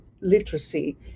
literacy